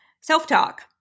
self-talk